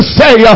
say